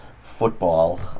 football